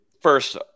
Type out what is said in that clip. First